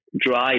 drive